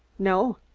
no.